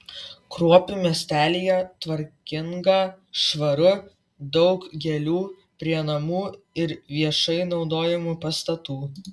kruopių miestelyje tvarkinga švaru daug gėlių prie namų ir viešai naudojamų pastatų